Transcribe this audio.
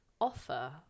offer